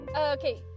Okay